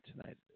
tonight